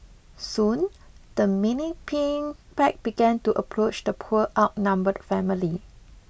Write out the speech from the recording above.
soon the menacing pack began to approach the poor outnumbered family